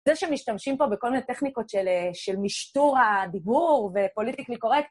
זה שמשתמשים פה בכל מיני טכניקות של משטור הדיבור ופוליטיקלי קורקטי.